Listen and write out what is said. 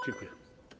Dziękuję.